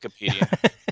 Wikipedia